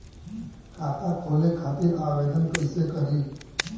खाता खोले खातिर आवेदन कइसे करी?